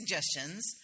suggestions